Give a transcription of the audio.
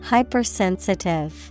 Hypersensitive